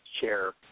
chair